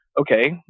Okay